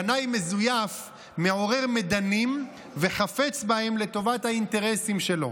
קנאי מזויף מעורר מדנים וחפץ בהם לטובת האינטרסים שלו